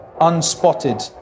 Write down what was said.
unspotted